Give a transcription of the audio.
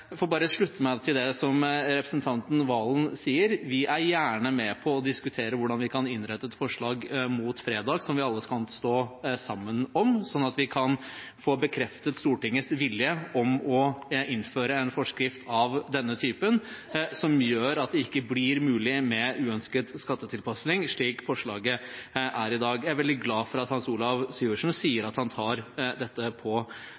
får bare slutte meg til det representanten Serigstad Valen sier – vi er gjerne med på å diskutere hvordan vi kan innrette et forslag mot fredag som vi alle kan stå sammen om, sånn at vi kan få bekreftet Stortingets vilje til å innføre en forskrift av denne typen, som gjør at det ikke blir mulig med uønsket skattetilpasning, slik forslaget er i dag. Jeg er veldig glad for at Hans Olav Syversen sier at han tar dette på